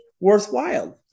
worthwhile